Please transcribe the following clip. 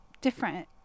different